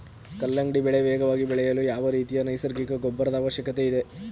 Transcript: ಕಲ್ಲಂಗಡಿ ಬೆಳೆ ವೇಗವಾಗಿ ಬೆಳೆಯಲು ಯಾವ ರೀತಿಯ ನೈಸರ್ಗಿಕ ಗೊಬ್ಬರದ ಅವಶ್ಯಕತೆ ಇದೆ?